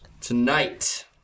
tonight